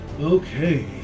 Okay